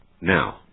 now